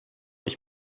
ich